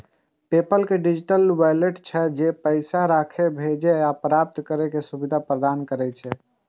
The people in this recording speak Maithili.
पेपल मे डिजिटल वैलेट छै, जे पैसा राखै, भेजै आ प्राप्त करै के सुविधा प्रदान करै छै